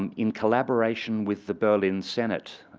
um in collaboration with the berlin senate,